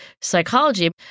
psychology